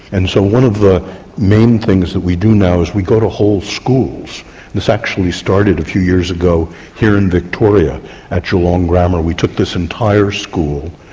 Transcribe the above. and so one of the main things that we do now is we go to whole schools this actually started a few years ago here in victoria at geelong grammar. we took this entire school,